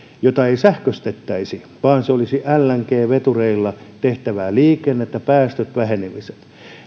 jota ei sähköistettäisi vaan se olisi lng vetureilla tehtävää liikennettä päästöt vähenisivät